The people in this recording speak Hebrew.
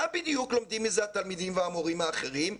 מה בדיוק לומדים מזה התלמידים והמורים האחרים?